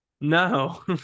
no